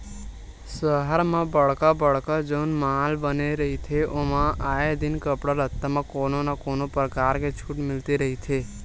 सहर म बड़का बड़का जउन माल बने रहिथे ओमा आए दिन कपड़ा लत्ता म कोनो न कोनो परकार के छूट मिलते रहिथे